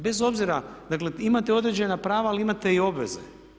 Bez obzira, dakle imate određena prava ali imate i obveze.